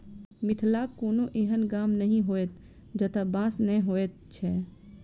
मिथिलाक कोनो एहन गाम नहि होयत जतय बाँस नै होयत छै